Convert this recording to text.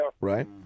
right